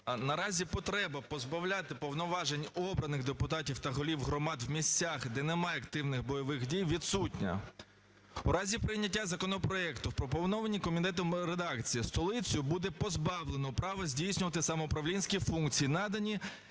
Наразі потреба позбавляти повноважень обраних депутатів та голів громад в місцях, де немає активних бойових дій, відсутня. У разі прийняття законопроекту у пропонованій комітетом редакції, столицю буде позбавлено права здійснювати самоуправлінські функції, надані